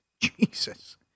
Jesus